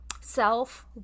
self